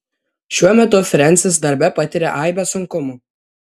šiuo metu frensis darbe patiria aibę sunkumų